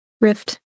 rift